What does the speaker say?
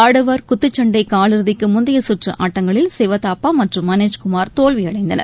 ஆடவர் குத்துச் சண்டை காலிறுதிக்கு முந்தைய கற்று ஆட்டங்களில் சிவதாப்பா மற்றும் மனோஜ் குமார் தோல்வியடைந்தனர்